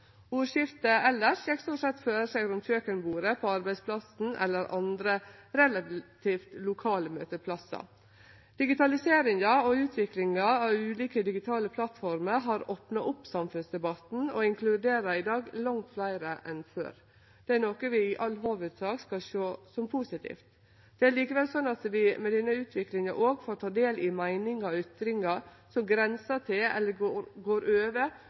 Ordskiftet elles gjekk stort sett føre seg rundt kjøkenbordet, på arbeidsplassen eller andre relativt lokale møteplassar. Digitalisering og utviklinga av ulike digitale plattformer har opna opp samfunnsdebatten og inkluderer i dag langt fleire enn før. Det er noko vi i all hovudsak skal sjå som positivt. Det er likevel slik at vi med denne utviklinga òg får ta del i meiningar og ytringar som grensar til – eller går over